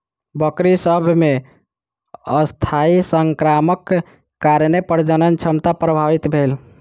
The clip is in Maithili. बकरी सभ मे अस्थायी संक्रमणक कारणेँ प्रजनन क्षमता प्रभावित भेल